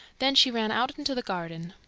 then she ran out into the garden.